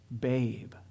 babe